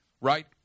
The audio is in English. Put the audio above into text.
Right